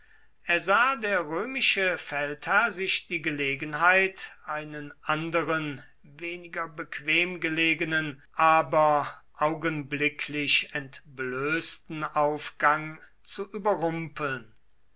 ersah der römische feldherr sich die gelegenheit einen anderen weniger bequem gelegenen aber augenblicklich entblößten aufgang zu überrumpeln